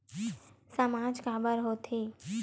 सामाज काबर हो थे?